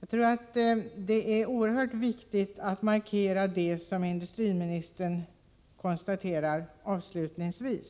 Jag tror att det är oerhört viktigt att markera det som industriministern konstaterar avslutningsvis,